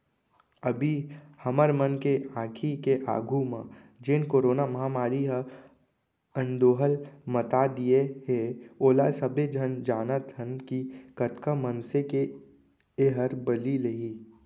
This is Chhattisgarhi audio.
अभी हमर मन के आंखी के आघू म जेन करोना महामारी ह अंदोहल मता दिये हे ओला सबे झन जानत हन कि कतका मनसे के एहर बली लेही